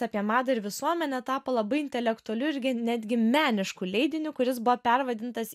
apie madą ir visuomenę tapo labai intelektualiu ir netgi menišku leidiniu kuris buvo pervadintas